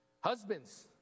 Husbands